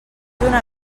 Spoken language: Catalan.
una